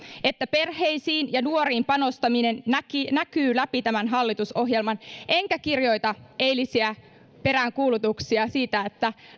että perheisiin ja nuoriin panostaminen näkyy näkyy läpi tämän hallitusohjelman enkä allekirjoita eilisiä peräänkuulutuksia siitä että